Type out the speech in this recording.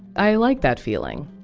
i like that feeling.